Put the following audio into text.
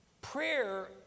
prayer